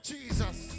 Jesus